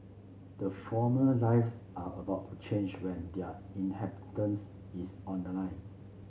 the former lives are about to change when their is on the line